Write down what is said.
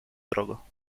drogo